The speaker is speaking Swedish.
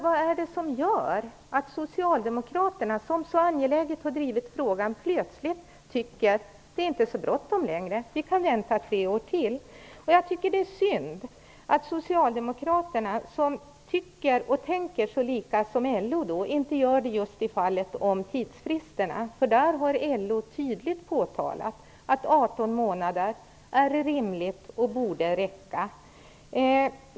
Vad är det som gör att Socialdemokraterna, som så angeläget har drivit frågan, plötsligt tycker att det inte är så bråttom längre och att vi kan vänta tre år till. Jag tycker att det är synd att Socialdemokraterna, som ofta tycker och tänker på samma sätt som LO, inte gör det just i fallet om tidsfristerna. LO har tydligt påpekat att 18 månader är rimligt och borde räcka.